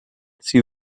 sie